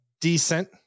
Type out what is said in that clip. decent